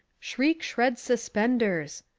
shriek sheds suspenders,